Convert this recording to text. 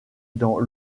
dans